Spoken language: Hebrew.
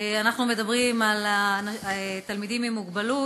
אנחנו מדברים על תלמידים עם מוגבלות,